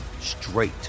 straight